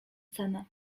cenę